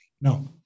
No